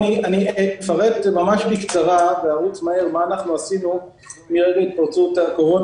אפרט ממש בקצרה מה עשינו מאז התפרצות הקורונה